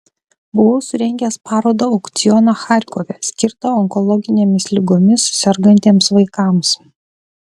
buvau surengęs parodą aukcioną charkove skirtą onkologinėmis ligomis sergantiems vaikams